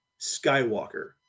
Skywalker